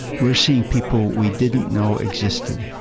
we're seeing people we didn't know existed